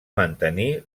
mantenir